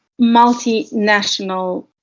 multinational